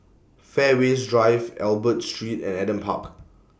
Fairways Drive Albert Street and Adam Park